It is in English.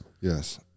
Yes